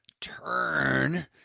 turn